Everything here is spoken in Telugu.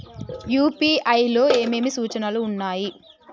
యూ.పీ.ఐ లో ఏమేమి సూచనలు ఉన్నాయి?